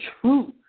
truth